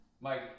Mike